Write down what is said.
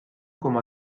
com